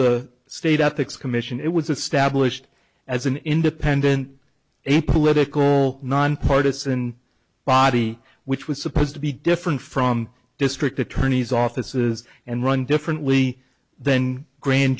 the state ethics commission it was a stablished as an independent apolitical nonpartisan body which was supposed to be different from district attorney's offices and run differently than grand